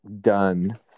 done